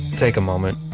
take a moment.